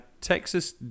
Texas